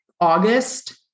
August